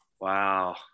Wow